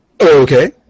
Okay